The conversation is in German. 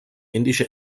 indische